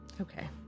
Okay